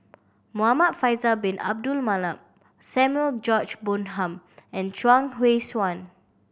Muhamad Faisal Bin Abdul Manap Samuel George Bonham and Chuang Hui Tsuan